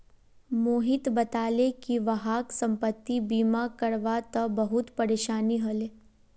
मोहित बताले कि वहाक संपति बीमा करवा त बहुत परेशानी ह ले